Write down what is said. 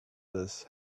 this